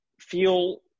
feel